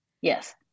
Yes